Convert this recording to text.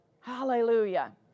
Hallelujah